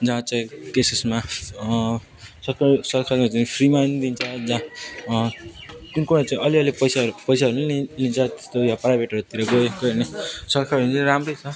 जहाँ चाहिँ त्यसउसमा सरकारीमा चाहिँ फ्रीमा नि दिन्छ जहाँ कुन कुनमा चाहिँ अलिअलि पैसाहरू पैसाहरू नि ली लिन्छ त्यस्तो यो प्राइभेटहरूतिर गयो गयो भने सरकारीमा चाहिँ राम्रै छ